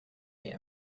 they